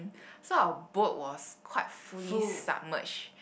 so our boat was quite fully submerged